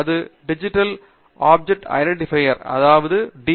அது digital object identifier அதாவது D